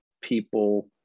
people